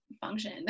function